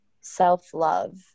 self-love